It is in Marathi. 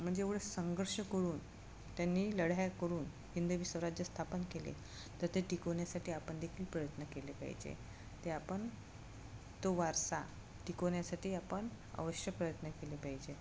म्हणजे एवढं संघर्ष करून त्यांनी लढाया करून हिंदवी स्वराज्य स्थापन केले तर ते टिकवण्यासाठी आपण देखील प्रयत्न केले पाहिजे ते आपण तो वारसा टिकवण्यासाठी आपण अवश्य प्रयत्न केले पाहिजे